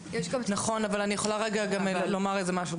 אנחנו רואים שהמספרים גבוהים מאוד.